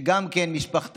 שגם כן במשפחתה,